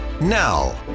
Now